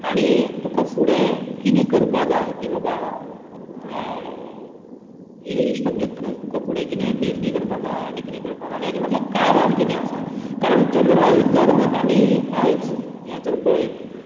आनी तुका फुडें कितें करपा जाय की बाबा इंग्लीश सब्जेक्टानूच तुका फुडें कितें पी एच डी करपा जाय आनी कितें करपा जाय आनी हाचे फाटल्यान कारण कितें आसा कारण जॅनरल जर आमी आयज हें जर पळयत